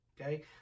okay